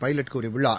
pilot கூறியுள்ளார்